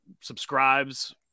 subscribes